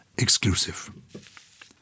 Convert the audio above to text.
Exclusive